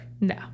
No